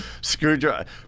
Screwdriver